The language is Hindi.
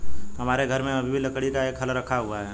हमारे घर में अभी भी लकड़ी का एक हल रखा हुआ है